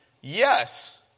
Yes